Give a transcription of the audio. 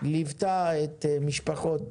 ליווית את משפחות